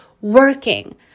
working